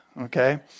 okay